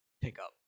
pickup